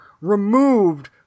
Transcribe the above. removed